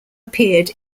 appeared